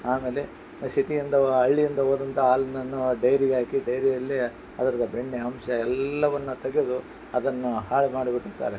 ಆಮೇಲೆ ಸಿಟಿಯಿಂದವು ಹಳ್ಳಿಯಿಂದ ಹೋದಂಥ ಹಾಲನ್ನು ಡೈರಿಗೆ ಹಾಕಿ ಡೈರಿಯಲ್ಲಿ ಅದರದ್ದು ಬೆಣ್ಣೆ ಅಂಶ ಎಲ್ಲವನ್ನು ತೆಗೆದು ಅದನ್ನು ಹಾಳು ಮಾಡಿ ಬಿಟ್ಟಿರ್ತಾರೆ